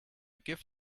gift